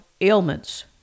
Ailments